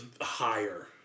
higher